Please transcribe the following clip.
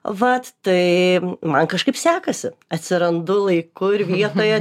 vat tai man kažkaip sekasi atsirandu laiku ir vietoje